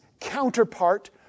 counterpart